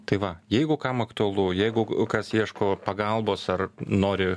tai va jeigu kam aktualu jeigu kas ieško pagalbos ar nori